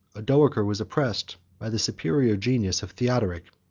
odoacer was oppressed by the superior genius of theodoric,